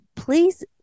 please